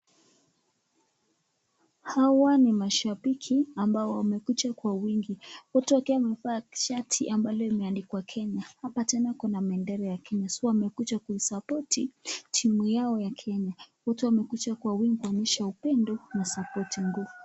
Hawa ni mashabiki ambao wamekuja kwa wingi wote wakiwa wamevaa shati ambalo limeandikwa Kenya. Hapa tena kuna bendera ya Kenya so wamekuja kusapoti timu yao ya Kenya. Wote wamekuja kwa wingi kuonyesha upendo na sapoti.